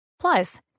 Plus